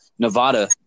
Nevada